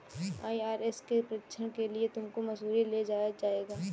IRS के प्रशिक्षण के लिए तुमको मसूरी ले जाया जाएगा